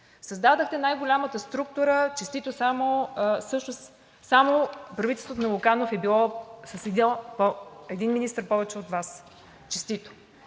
Създадохте най голямата структура. Честито! Само правителството на Луканов е било с един министър повече от Вас. Честито!